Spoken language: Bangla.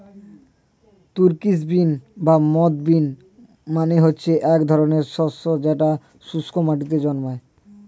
তুর্কিশ বিন বা মথ বিন মানে হচ্ছে এক ধরনের শস্য যেটা শুস্ক মাটিতে জন্মায়